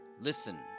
Listen